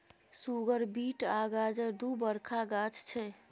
सुगर beet आ गाजर दु बरखा गाछ छै